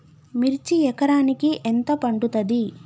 మిర్చి ఎకరానికి ఎంత పండుతది?